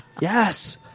Yes